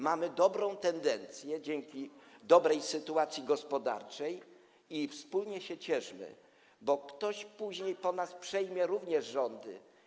Mamy dobrą tendencję dzięki dobrej sytuacji gospodarczej i wspólnie się cieszmy, bo ktoś później przejmie również po nas rządy.